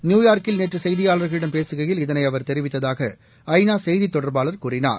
நியூயார்க்கில் நேற்று செய்தியாளர்களிடம் பேசுகையில் இதனை அவர் தெரிவித்ததாக ஐநா செய்தி தொடர்பாளர் கூறினார்